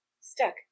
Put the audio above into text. stuck